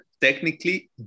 technically